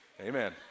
Amen